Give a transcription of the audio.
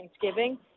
Thanksgiving